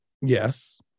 Yes